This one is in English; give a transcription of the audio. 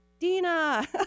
Dina